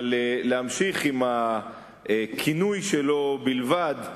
אבל להמשיך עם הכינוי שלו בלבד,